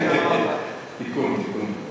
אני לא יודע אם זה תיקון או איום.